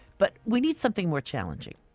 but we need something more challenging.